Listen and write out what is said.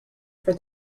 for